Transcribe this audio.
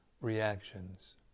reactions